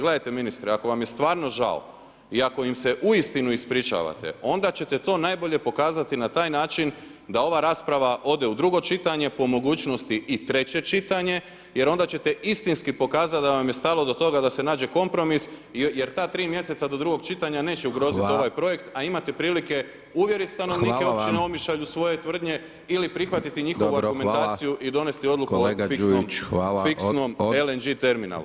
Gledajte, ministre, ako vam je stvarno žao i ako vam se uistinu ispričavate, onda ćete to najbolje pokazati na taj način, da ova rasprava ode u drugo čitanje, po mogućnosti i treće čitanje, jer onda ćete istinski pokazati, da vam je stalo do toga, da se nađe kompromis, jer ta tri mjeseca do drugog čitanja neće ugroziti ovaj projekt, a imate prilike uvjeriti stanovnike opčine Omišalj u svoje tvrdnje ili prihvatiti njihovu argumentaciju i donijeti odluku [[Upadica: Hvala, kolega Đujić hvala.]] fiksnom LNG terminalu.